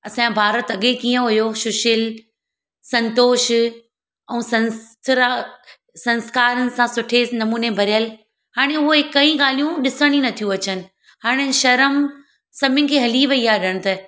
असांजो भारत अॻे कीअं हुयो सुशील संतोषु ऐं संस रा संस्कारनि सां सुठे नमूने भरियलु हाणे उहे कई ॻाल्हियूं ॾिसण ई नथियूं अचनि हाणे शरम सभिनि खे हली वई आहे ॼणु त